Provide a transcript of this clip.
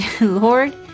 Lord